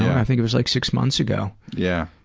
i think it was, like, six months ago. yeah.